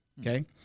Okay